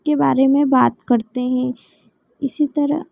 के बारे में बात करते हैं इसी तरह